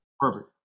Perfect